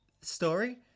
story